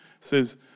says